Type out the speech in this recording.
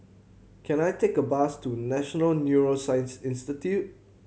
can I take a bus to National Neuroscience Institute